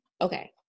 okay